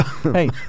Hey